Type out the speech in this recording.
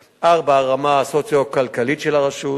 4. הרמה הסוציו-כלכלית של הרשות,